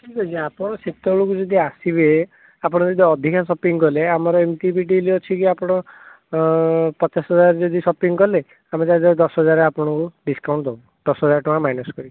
ଠିକ୍ ଅଛି ଆପଣ ସେତେବେଳକୁ ଯଦି ଆସିବେ ଆପଣ ଯଦି ଅଧିକା ଶପିଂ କଲେ ଆମର ଏମିତି ବି ଡିଲ୍ ଅଛି କି ଆପଣ ପଚାଶ ହଜାର ଯଦି ଶପିଂ କଲେ ଆମେ ଦଶ ହଜାର ଆପଣଙ୍କୁ ଡିସ୍କାଉଣ୍ଟ ଦେବୁ ଦଶ ହଜାର ଟଙ୍କା ମାଇନସ୍ କରିବୁ